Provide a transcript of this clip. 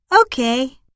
Okay